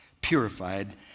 Purified